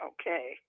Okay